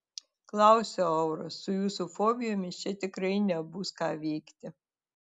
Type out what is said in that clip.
klausiu auros su jūsų fobijomis čia tikrai nebus ką veikti